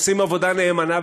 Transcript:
עושים עבודה נאמנה,